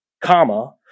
Comma